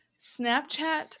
snapchat